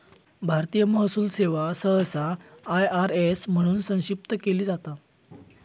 भारतीय महसूल सेवा सहसा आय.आर.एस म्हणून संक्षिप्त केली जाता